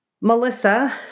Melissa